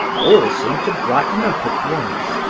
all seemed to brighten up at once,